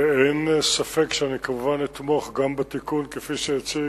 אין ספק שאני, כמובן, אתמוך גם בתיקון, כפי שהציע